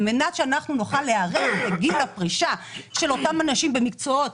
על מנת שאנחנו נוכל להיערך לגיל הפרישה של אותם אנשים במקצועות